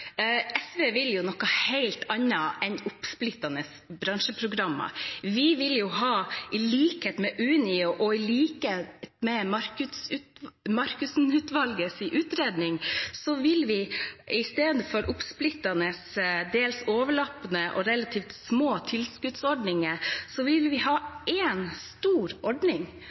SV vil noe helt annet enn oppsplittede bransjeprogrammer. I likhet med Unio og Markussen-utvalgets utredning vil vi i stedet for oppsplittede, dels overlappende og relativt små tilskuddsordninger ha én stor ordning. Det er det som er hele poenget. Vi